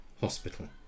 hospital